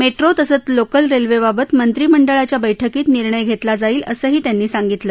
metro तसंच local रेल्वेबाबत मंत्रिमंडळाच्या बैठकीत निर्णय घेतला जाईल असंही त्यांनी सांगितलं